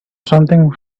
something